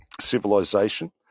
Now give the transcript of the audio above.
civilization